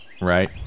Right